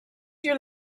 your